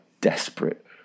desperate